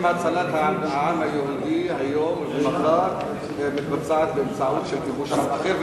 אם הצלת העם היהודי היום ומחר מתבצעת באמצעות כיבוש עם אחר,